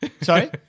Sorry